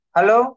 Hello